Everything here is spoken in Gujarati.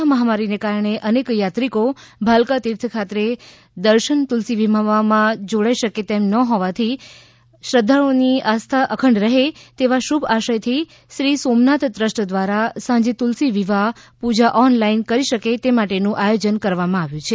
કોરોના મહામારીને કારણે અનેક યાત્રીકો ભાલકા તિર્થ ખાતે દર્શન તુલસી વિવાહમાં જોડાઇ શકે તેમ ન હોય ત્યારે આવા શ્રદ્વાળુઓની આસ્થા અખંડ રહે તેવા શુભઆશયથી શ્રી સોમનાથ ટ્રસ્ટ દ્વારા સાંજે તુલસી વિવાહ પૂજા ઓનલાઇન કરી શકે તે માટેનું આયોજન કરેલ છે